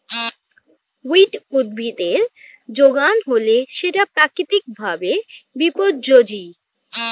weed উদ্ভিদের যোগান হলে সেটা প্রাকৃতিক ভাবে বিপর্যোজী